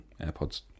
AirPods